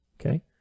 okay